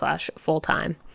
full-time